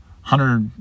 hundred